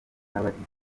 n’abagize